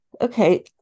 Okay